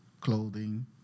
clothing